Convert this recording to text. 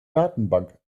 datenbank